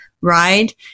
right